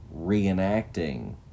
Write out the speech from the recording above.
reenacting